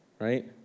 right